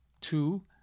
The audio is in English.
Two